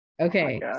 okay